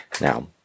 Now